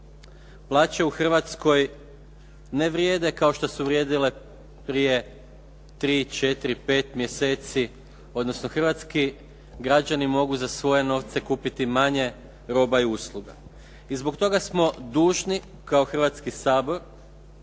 plaće u Hrvatskoj ne vrijede kao što su vrijedile prije 3, 4, 5 mjeseci odnosno hrvatski građani mogu za svoje novce kupiti manje roba i usluga. I zbog toga smo dužni kao Hrvatski sabor,